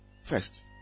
First